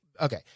okay